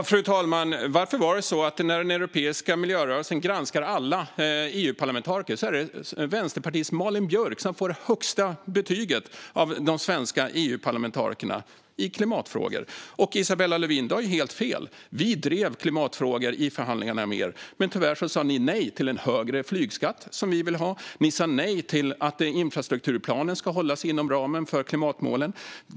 Fru talman! Varför var det så att när den europeiska miljörörelsen granskade alla EU-parlamentariker var det av alla svenska EU-parlamentariker Vänsterpartiets Malin Björk som fick det högsta betyget i klimatfrågor? Isabella Lövin, du har ju helt fel. Vi drev klimatfrågor i förhandlingarna med er. Men tyvärr sa ni nej till en högre flygskatt, som vi vill ha, och nej till att infrastrukturplanen ska hållas inom ramen för klimatmålen.